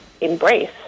embrace